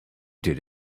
did